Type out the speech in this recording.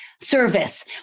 service